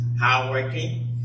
hardworking